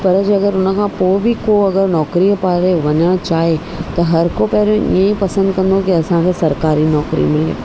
पर जंहिं अगरि हुन खां पोइ बि को अगरि नौकिरी पारे वञणु चाए त हर को पहिरों इअं ई पसंदि कंदो की असांखे सरकारी नौकिरी मिले